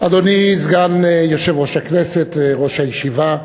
אדוני סגן יושב-ראש הכנסת, ראש הישיבה,